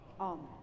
Amen